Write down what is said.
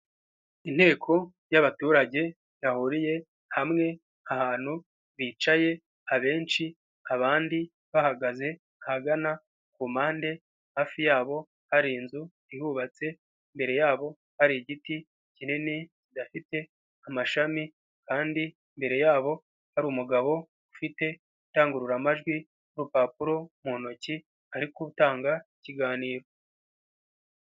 Inteko y'abaturage yahuriye hamwe ahantu bicaye abenshi abandi bahagaze, ahagana ku mpande hafi yabo hari inzu ihubatse, imbere yabo hari igiti kinini kidafite amashami kandi imbere yabo hari umugabo ufite indangururamajwi n'urupapuro mu ntoki ari gutanga ikiganiro.